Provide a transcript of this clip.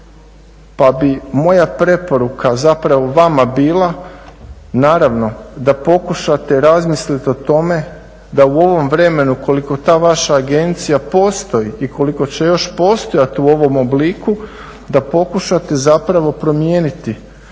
Pa bi moja preporuka zapravo vama bila naravno da pokušate razmisliti o tome da u ovom vremenu koliko ta vaša agencija postoji i koliko će još postojat u ovom obliku, da pokušate zapravo promijeniti